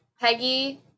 Peggy